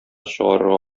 чыгарырга